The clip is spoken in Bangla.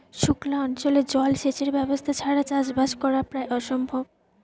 সুক্লা অঞ্চলে জল সেচের ব্যবস্থা ছাড়া চাষবাস করা প্রায় অসম্ভব